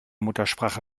muttersprache